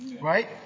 Right